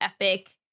epic